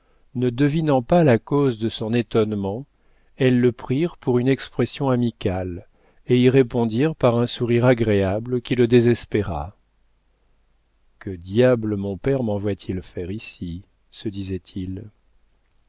ne devinant pas la cause de son étonnement elles le prirent pour une expression amicale et y répondirent par un sourire agréable qui le désespéra que diable mon père menvoie t il faire ici se disait-il